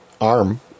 arm